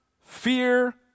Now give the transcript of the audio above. fear